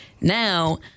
now